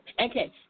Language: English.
Okay